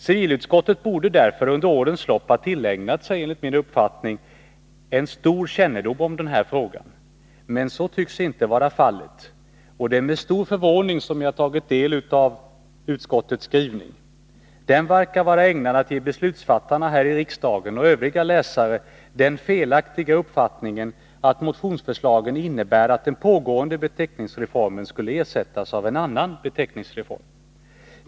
Civilutskottet borde därför under årens lopp, enligt min uppfattning, ha tillägnats sig en stor kännedom om den här frågan — men så tycks inte vara fallet. Och det är med stor förvåning jag har tagit del av civilutskottets skrivning. Den verkar vara ägnad att ge oss beslutsfattare här i riksdagen och övriga läsare den felaktiga uppfattningen att motionsförslagen innebär att den pågående beteckningsreformen skulle ersättas av en annan beteckningsreform.